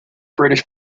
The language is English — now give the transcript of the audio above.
british